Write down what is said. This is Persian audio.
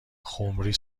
خمری